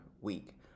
week